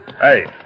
Hey